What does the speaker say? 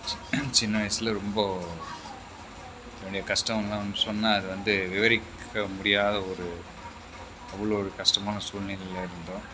சின்ன வயசில் ரொம்ப என்னுடைய கஷ்டமெலாம் சொன்னால் அதை வந்து விவரிக்க முடியாத ஒரு அவ்வளோ ஒரு கஷ்டமான சூழ்நிலையில் இருந்தோம்